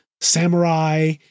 samurai